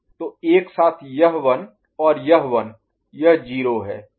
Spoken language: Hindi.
तो एक साथ यह 1 और यह 1 यह 0 है